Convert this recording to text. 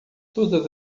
todas